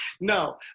no